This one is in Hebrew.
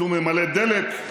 כשהוא ממלא דלק,